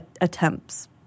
attempts